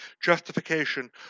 Justification